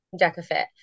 Decafit